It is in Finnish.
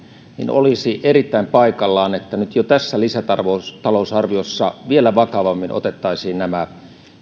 olisi erittäin paikallaan että nyt jo tässä lisätalousarviossa vielä vakavammin otettaisiin nämä